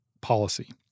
policy